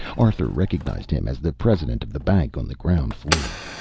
arthur recognized him as the president of the bank on the ground floor.